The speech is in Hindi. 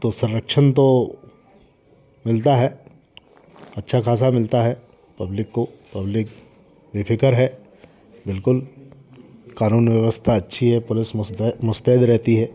तो संरक्षण तो मिलता है अच्छा खासा मिलता है पब्लिक को पब्लिक बेफ़िक्र है बिल्कुल क़ानून व्यवस्था अच्छी है पुलिस मुस्तैद मुस्तैद रहती है